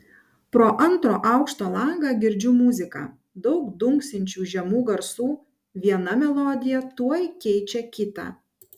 pro antro aukšto langą girdžiu muziką daug dunksinčių žemų garsų viena melodija tuoj keičia kitą